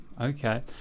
okay